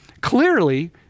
Clearly